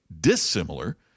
dissimilar